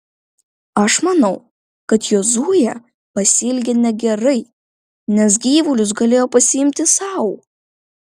aš manau kad jozuė pasielgė negerai nes gyvulius galėjo pasiimti sau